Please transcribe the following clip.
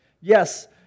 Yes